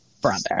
brother